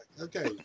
Okay